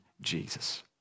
Jesus